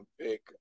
pick